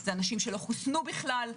זה אנשים שלא חוסנו בכלל.